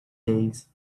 days